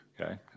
Okay